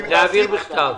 להעביר בכתב.